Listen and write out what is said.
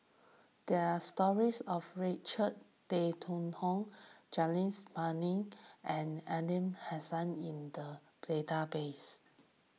there are stories of Richard Tay Tian Hoe Janadas Devan and Aliman Hassan in the database